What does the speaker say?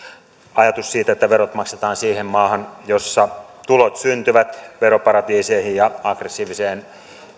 ajatuksen siitä että verot maksetaan siihen maahan jossa tulot syntyvät veroparatiiseihin ja aggressiiviseen